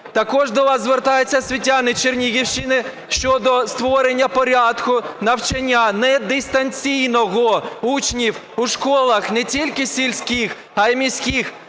Також до вас звертаються освітяни Чернігівщини щодо створення порядку навчання недистанційного учнів у школах не тільки сільських, а й міських,